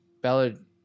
Ballad